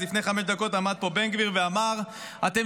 אז לפני חמש דקות עמד פה בן גביר ואמר: אתם